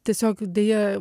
tiesiog deja